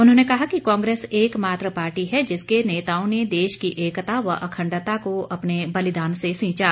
उन्होंने कहा कि कांग्रेस एकमात्र पार्टी है जिसके नेताओं ने देश की एकता व अखण्डता को अपने बलिदान से सींचा